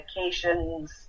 medications